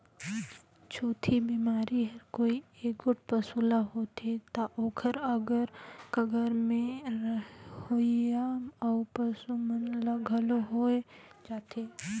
छूतही बेमारी हर कोई एगोट पसू ल होथे त ओखर अगर कगर में रहोइया अउ पसू मन ल घलो होय जाथे